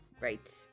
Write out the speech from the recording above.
right